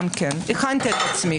הכנתי את עצמי.